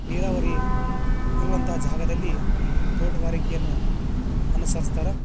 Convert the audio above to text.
ನೀರಾವರಿ ಇರುವಂಥ ಜಾಗದಲ್ಲಿ ತೋಟಗಾರಿಕೆಯನ್ನು ಅನುಸರ್ಸ್ತಾರೆ